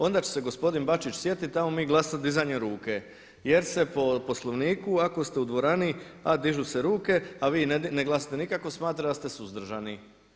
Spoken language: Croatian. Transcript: Onda će se gospodin Bačić sjetiti 'ajmo mi glasovati dizanjem ruku jer se po Poslovniku ako ste u dvorani a dižu se ruke a vi ne glasate nikako smatra da ste suzdržani.